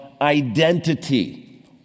identity